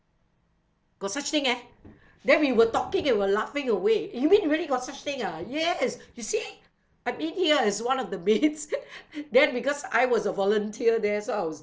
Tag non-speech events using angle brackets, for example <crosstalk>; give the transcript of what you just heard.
got such thing eh then we were talking we were laughing away you mean really got such thing ah yes you see I've been here as one of the mates <laughs> then because I was a volunteer there so I was